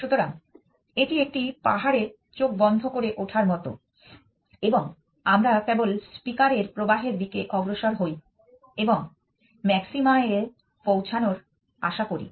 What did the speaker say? মূলত এটি একটি পাহাড়ে চোখ বন্ধ করে ওঠার মত এবং আমরা কেবল স্পিকার এর প্রবাহের দিকে অগ্রসর হই এবং ম্যাক্সিমা এ পৌঁছানোর আশা করি